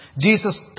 Jesus